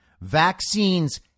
Vaccines